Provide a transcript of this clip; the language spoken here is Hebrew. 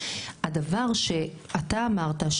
הדבר שאתה אמרת,